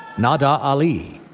nadah ali,